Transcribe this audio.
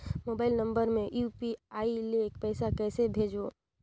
Mobile number मे UPI ले पइसा कइसे भेजवं?